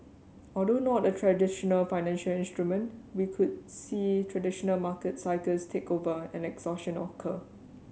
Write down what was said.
although not a traditional financial instrument we could see traditional market cycles take over and exhaustion occur